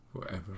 forever